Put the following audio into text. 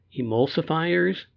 Emulsifiers